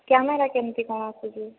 camera କେମିତି କ'ଣ ଆସୁଛି